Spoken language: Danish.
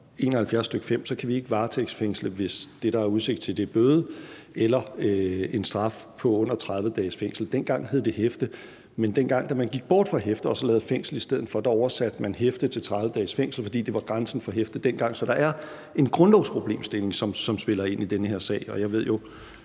71, stk. 5, kan vi ikke varetægtsfængsle, hvis det, der er udsigt til, er bøde eller en straf på under 30 dages fængsel. Dengang hed det hæfte. Men da man gik bort fra hæfte og i stedet for lavede det til fængsel, oversatte man hæfte til 30 dages fængsel, fordi det dengang var grænsen for hæfte. Så der er en grundlovsproblemstilling, som spiller ind i den her sag. Og jeg ved jo,